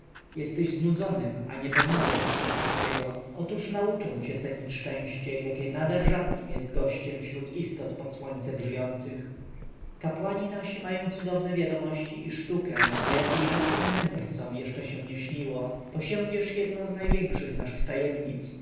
jesteś znudzonym a nie poznałeś jeszcze wszystkiego otóż nauczę cię cenić szczęście jakie nader rzadkim jest gościem wśród istot pod słońcem żyjących kapłani nasi mają cudowne wiadomości i sztukę o jakiej waszym mędrcom jeszcze się nie śniło posiędziesz jednę z najważniejszych naszych tajemnic